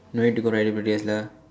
no need to go birthday lah